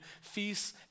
feasts